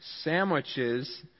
sandwiches